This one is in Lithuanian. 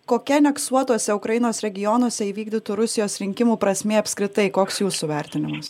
kokia aneksuotuose ukrainos regionuose įvykdytų rusijos rinkimų prasmė apskritai koks jūsų vertinimas